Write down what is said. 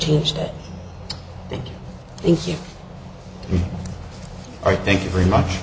changed it thank you or thank you very much